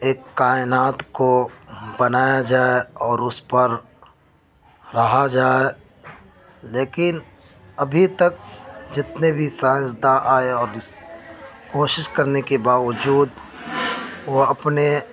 ایک کائنات کو بنایا جائے اور اس پر رہا جائے لیکن ابھی تک جتنے بھی سائنس داں آئے کوشش کرنے کے باوجود وہ اپنے